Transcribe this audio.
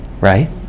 right